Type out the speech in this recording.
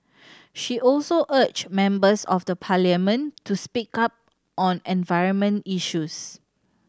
she also urged members of the Parliament to speak up on environment issues